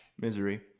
misery